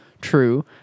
true